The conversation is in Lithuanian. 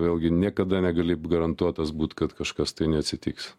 vėlgi niekada negali garantuotas būt kad kažkas tai neatsitiks